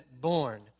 born